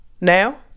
Now